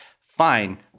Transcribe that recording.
fine